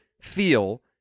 feel